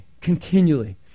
continually